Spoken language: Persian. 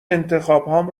انتخابهام